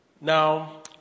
Now